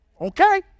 Okay